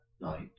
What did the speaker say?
night